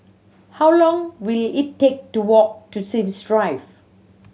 how long will it take to walk to Sims Drive